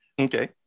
Okay